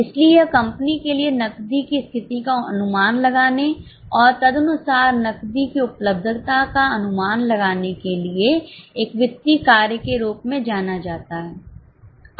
इसलिए यह कंपनी के लिए नकदी की स्थिति का अनुमान लगाने और तदनुसार नकदी की उपलब्धता का अनुमान लगाने के लिए एकवित्तीय कार्य के रूप में जाना जाता है